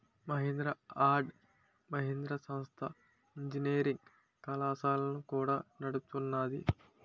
Mahindra and Mahindra సంస్థ engineering కళాశాలలను కూడా నడుపుతున్నాది